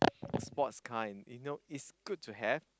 sports car in you know it's good to have